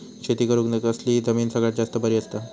शेती करुक कसली जमीन सगळ्यात जास्त बरी असता?